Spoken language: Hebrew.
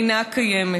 היא אינה קיימת.